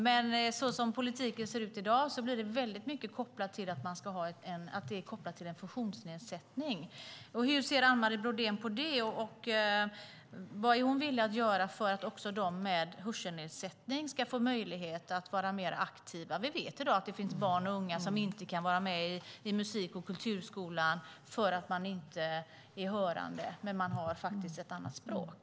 Så som politiken ser ut i dag blir det dock väldigt kopplat till en funktionsnedsättning. Hur ser Anne Marie Brodén på detta, och vad är hon villig att göra för att också de med hörselnedsättning ska få möjlighet att vara mer aktiva? Vi vet i dag att det finns barn och unga som inte kan vara med i musik och kulturskolan för att de inte är hörande. De har dock, faktiskt, ett annat språk.